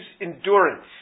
endurance